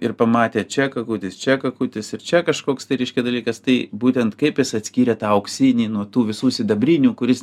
ir pamatė čia kakutis čia kakutis ir čia kažkoks tai reiškia dalykas tai būtent kaip jis atskyrė tą auksinį nuo tų visų sidabrinių kuris